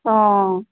অঁ